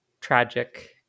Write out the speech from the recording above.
tragic